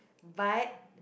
but